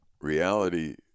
reality